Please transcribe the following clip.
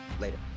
Later